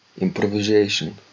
improvisation